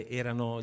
erano